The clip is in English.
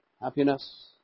happiness